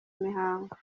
mihango